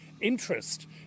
interest